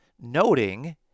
noting